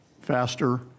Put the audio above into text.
faster